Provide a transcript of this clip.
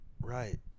Right